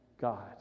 God